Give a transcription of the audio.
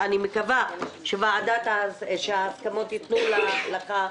אני מקווה שוועדת ההסכמות תאפשר לך,